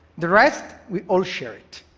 the rest, we all share it.